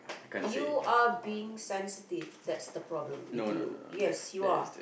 you are being sensitive that's the problem with you yes you are